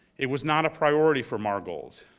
it was not a priority for margold.